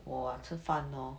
我吃饭 lor